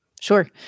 Sure